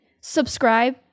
subscribe